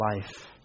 life